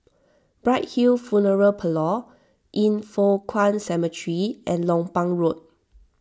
Bright Hill Funeral Parlour Yin Foh Kuan Cemetery and Lompang Road